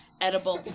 edible